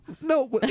No